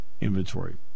inventory